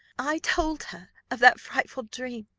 i told her of that frightful dream.